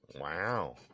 Wow